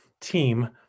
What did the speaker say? team